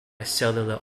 cellular